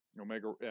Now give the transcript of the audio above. Omega